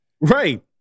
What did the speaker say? Right